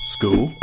School